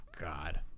God